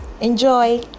Enjoy